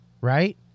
Right